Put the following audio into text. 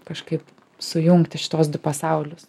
kažkaip sujungti šituos du pasaulius